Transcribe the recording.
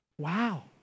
Wow